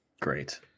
Great